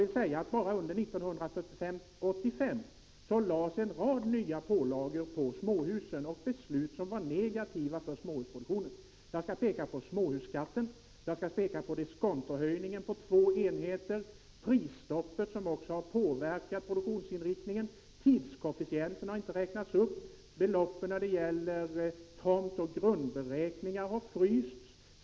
Men bara under 1985 lades ju en rad nya pålagor på småhusägarna. Dessutom fattades beslut som var negativa för småhusproduktionen. Jag vill peka på småhusskatten och på diskontohöjningen. Diskontot höjdes nämligen med 2 procentenheter. Vidare vill jag peka på prisstoppet, som har påverkat produktionsinriktningen, och på tidskoefficienten, som inte har räknats upp. Dessutom vill jag peka på beloppen när det gäller tomtoch grundberäkningar, vilka har frysts.